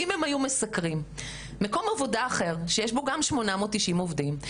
אם הם היו מסקרים מקום עבודה אחר שגם בו יש 890 עובדים,